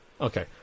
Okay